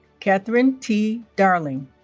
kathryn t. darling